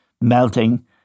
melting